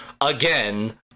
again